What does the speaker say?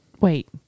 wait